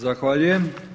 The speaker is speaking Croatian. Zahvaljujem.